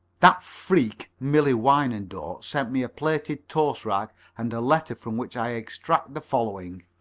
that freak, millie wyandotte, sent me a plated toast-rack and a letter from which i extract the following